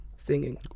Singing